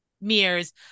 mirrors